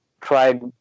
tried